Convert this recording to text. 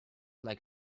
like